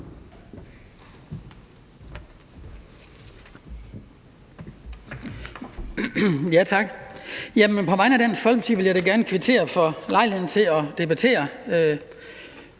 Tak. På vegne af Dansk Folkeparti vil jeg da gerne kvittere for at have fået lejlighed til at debattere